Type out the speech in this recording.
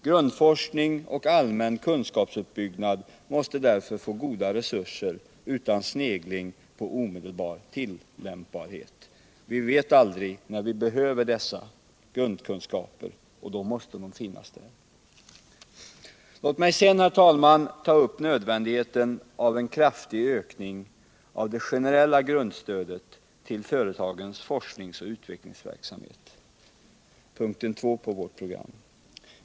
Grundforskning och allmän kunskapsuppbyggnad måste därför få goda resurser utan snegling på omedelbar tillämpbarhet. Vi vet aldrig när vi behöver dessa grundkunskaper, men när vi behöver dem måste de finnas där. Låt mig sedan, herr talman, ta upp nödvändigheten av en kraftig ökning av det generella grundstödet till företagens forskningsoch utvecklingsverksamhet, punkten 2 på vårt program.